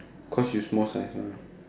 cause you small size mah